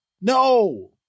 No